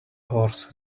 horse